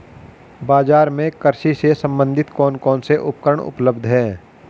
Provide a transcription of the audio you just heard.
बाजार में कृषि से संबंधित कौन कौन से उपकरण उपलब्ध है?